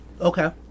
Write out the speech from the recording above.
Okay